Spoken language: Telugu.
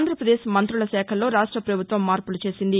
ఆంధ్రాప్రదేశ్ మంతుల శాఖల్లో రాష్ట ప్రభుత్వం మార్పులు చేసింది